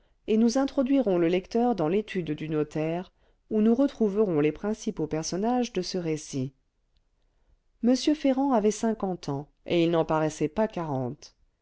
et nous introduirons le lecteur dans l'étude du notaire où nous retrouverons les principaux personnages de ce récit m ferrand avait cinquante ans et il n'en paraissait pas quarante